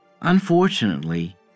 Unfortunately